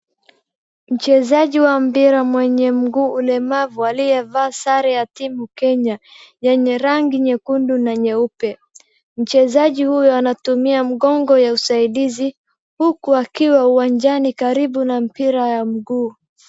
Mchezaji wa mpira mwenye mguu ulemavu aliyevaa sare ya timu Kenya yenye rangi nyekundu na nyeupe, mchezaji huyo anatumia mkongojo ya usaidizi huku akiwa uwanjani karibu na mpira ya mguu.